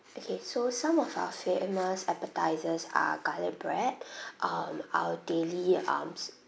okay so some of our famous appetisers are garlic bread um our daily um